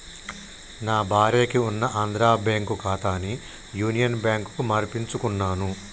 నా భార్యకి ఉన్న ఆంధ్రా బ్యేంకు ఖాతాని యునియన్ బ్యాంకుకు మార్పించుకున్నాను